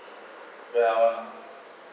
ya um